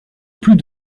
plus